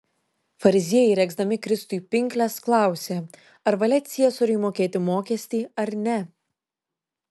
fariziejai regzdami kristui pinkles klausė ar valia ciesoriui mokėti mokestį ar ne